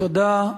תודה.